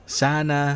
sana